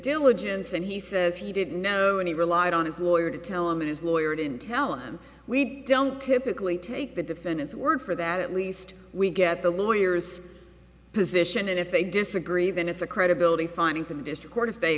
diligence and he says he didn't know any relied on his lawyer to tell him that his lawyer didn't tell him we don't typically take the defendant's word for that at least we get the lawyers position and if they disagree then it's a credibility finding from the district court if they